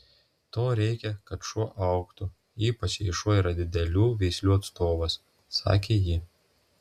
to reikia kad šuo augtų ypač jei šuo yra didelių veislių atstovas sakė ji